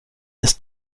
ist